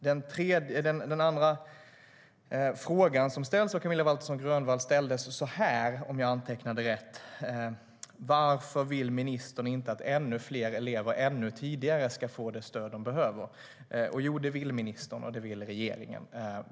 Den andra frågan som Camilla Waltersson Grönvall ställde löd så här, om jag antecknade rätt: Varför vill ministern inte att ännu fler elever ännu tidigare ska få det stöd de behöver? Jo, det vill ministern, och det vill regeringen.